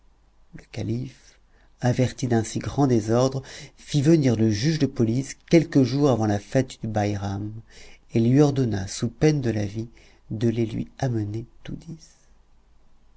le calife averti d'un si grand désordre fit venir le juge de police quelques jours avant la fête du baïram et lui ordonna sous peine de la vie de les lui amener tous dix